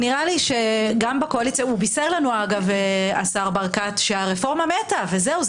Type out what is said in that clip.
השר ברקת בישר לנו שהרפורמה מתה וזהו,